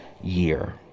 year